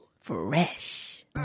Fresh